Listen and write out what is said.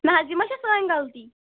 نہَ حظ یِہِ ما چھِ سٲنۍ غلطی